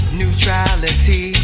neutrality